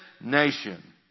nation